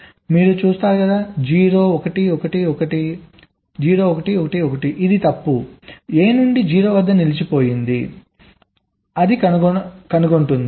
మీరు చూస్తారు 0 1 1 1 0 1 1 1 ఇది తప్పు A ను 0 వద్ద నిలిచిపోయింది అని కనుగొంటుంది